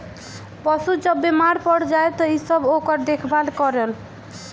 पशु जब बेमार पड़ जाए त इ सब ओकर देखभाल करेल